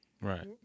right